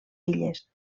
illes